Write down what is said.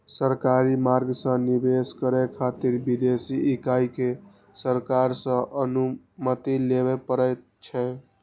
सरकारी मार्ग सं निवेश करै खातिर विदेशी इकाई कें सरकार सं अनुमति लेबय पड़ै छै